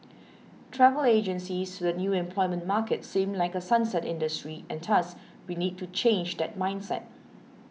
travel agencies to the new employment market seem like a sunset industry and thus we need to change that mindset